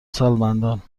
سالمندان